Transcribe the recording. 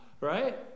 right